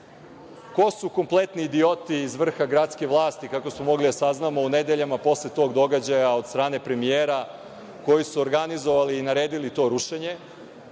Ko su kompletni idioti iz vrha gradske vlasti, kako smo mogli da saznamo u nedeljama posle tog događaja od strane premijera, koji su organizovali i naredili to rušenje?